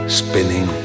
spinning